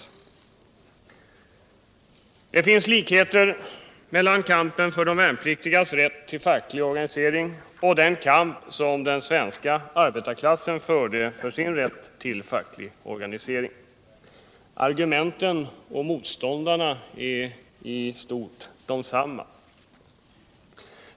69 Det finns likheter mellan kampen för de värnpliktigas rätt till facklig organisering och den kamp som den svenska arbetarklassen förde för sin rätt till facklig organisering. Argumenten och motståndarna är i stort desamma.